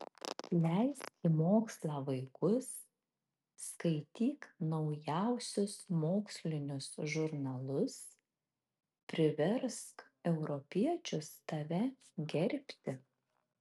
leisk į mokslą vaikus skaityk naujausius mokslinius žurnalus priversk europiečius tave gerbti